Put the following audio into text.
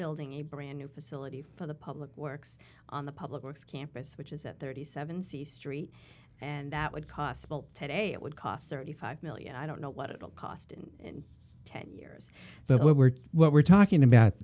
building a brand new facility for the public works on the public works campus which is at thirty seven c street and that would cost well today it would cost thirty five million i don't know what it will cost in ten years that what we're what we're talking about